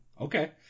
Okay